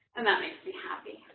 and that makes me happy.